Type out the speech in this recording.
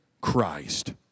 Christ